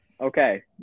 Okay